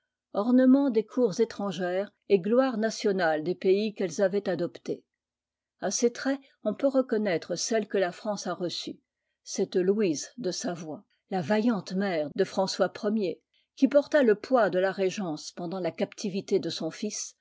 ornements des cours étrangères et gloires nationales des pays qu'elles avaient adoptés a ces traits on peut reconnaître celles que la france à reçues cette louise de savoie la vaillante mère de françois i er qui porta le poids de la régence pendant la captivité de son fils